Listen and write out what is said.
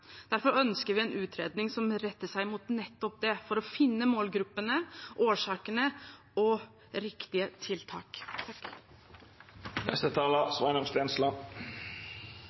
Derfor ønsker vi en utredning som retter seg mot nettopp dette, for å finne målgruppene, årsakene og riktige tiltak.